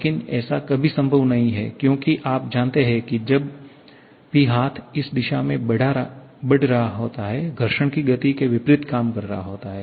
लेकिन ऐसा कभी संभव नहीं है क्योंकि आप जानते हैं कि जब भी हाथ इस दिशा में बढ़ रहा होता है घर्षण गति के विपरीत काम कर रहा होता है